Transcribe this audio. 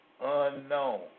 unknown